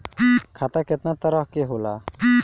खाता केतना तरह के होला?